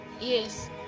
Yes